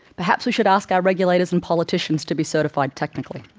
perhaps we should ask our regulators and politicians to be certified technically.